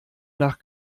nach